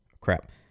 Crap